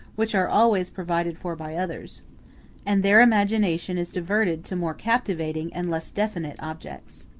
which are always provided for by others and their imagination is diverted to more captivating and less definite objects.